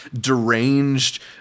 deranged